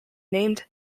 named